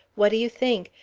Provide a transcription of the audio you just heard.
what do you think?